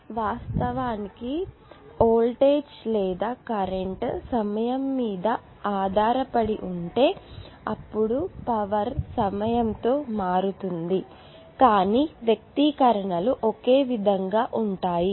ఇప్పుడు వాస్తవానికి వోల్టేజ్ లేదా కరెంట్ సమయం మీద ఆధారపడి ఉంటే అప్పుడు పవర్ సమయంతో మారుతుంది కానీ వ్యక్తీకరణలు ఒకే విధంగా ఉంటాయి